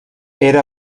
era